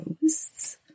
Ghosts